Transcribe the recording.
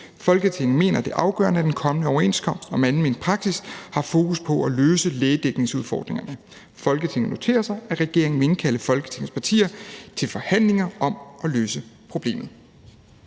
Folketinget mener, at det er afgørende, at den kommende overenskomst om almen praksis har fokus på at løse lægedækningsudfordringerne. Folketinget noterer sig, at regeringen vil indkalde Folketingets partier til forhandlinger om at løse problemet.«